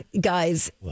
Guys